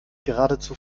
geradezu